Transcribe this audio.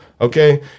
okay